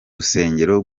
rusengero